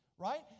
Right